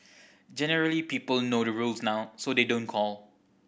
generally people know the rules now so they don't call